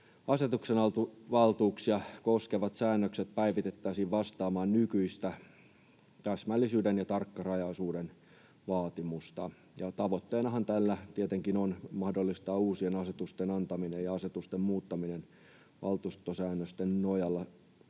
asetuksenantovaltuuksia koskevat säännökset päivitettäisiin vastaamaan nykyistä täsmällisyyden ja tarkkarajaisuuden vaatimusta. Ja tavoitteenahan tällä tietenkin on mahdollistaa uusien asetusten antaminen ja asetusten muuttaminen valtuustosäännösten nojalla